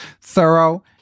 thorough